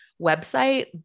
website